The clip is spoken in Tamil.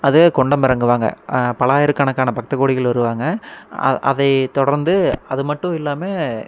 அதே குண்டம் இறங்குவாங்க பல ஆயிரக்கணக்கான பக்தகோடிகள் வருவாங்க அதை தொடர்ந்து அதுமட்டும் இல்லாமல்